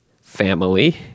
family